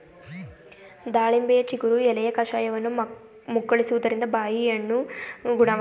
ದಾಳಿಂಬೆಯ ಚಿಗುರು ಎಲೆಯ ಕಷಾಯವನ್ನು ಮುಕ್ಕಳಿಸುವುದ್ರಿಂದ ಬಾಯಿಹುಣ್ಣು ಗುಣವಾಗ್ತದೆ